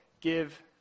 give